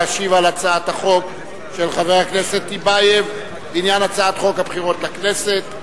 להשיב על הצעת החוק של חבר הכנסת טיבייב בעניין חוק הבחירות לכנסת.